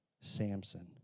Samson